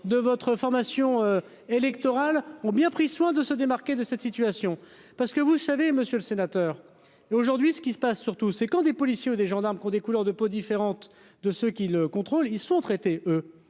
de votre formation électorales ont bien pris soin de se démarquer de cette situation, parce que vous savez, monsieur le sénateur, et aujourd'hui ce qui se passe surtout c'est, quand des policiers. Des gendarmes qui ont des couleurs de peau différente de ceux qui le contrôlent, ils sont traités de